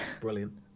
brilliant